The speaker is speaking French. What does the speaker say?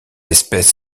espèce